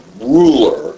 ruler